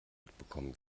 mitbekommen